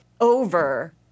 Over